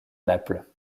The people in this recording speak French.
naples